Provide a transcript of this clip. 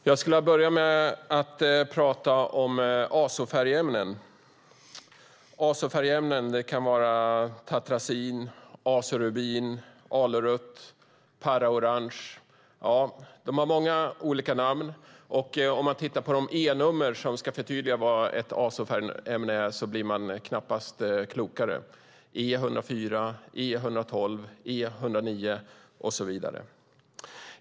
Fru talman! Jag ska först säga något om azofärgämnen. Azofärgämnen kan vara tartrazin, azorubin, allurarött, paraorange. De har många namn. Om man tittat på de E-nummer som ska förtydliga vad ett azofärgämne är blir man knappast klokare. Det är E104, E112, E109 och så vidare.